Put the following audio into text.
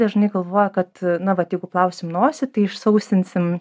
dažnai galvoja kad na vat jeigu plausim nosį tai išsausinsim